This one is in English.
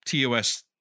TOS